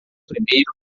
primeiro